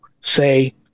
say